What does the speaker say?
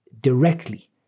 directly